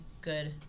good